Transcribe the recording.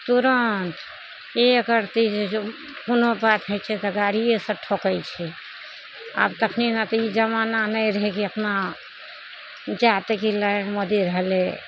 तुरन्त एकरती जे कोनो बात होइ छै तऽ गाड़िये से ठोकै छै आब तखनी तऽ ई जमाना नहि रहै कि अपना जा तकली नरेन्द्र मोदी रहलै